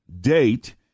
date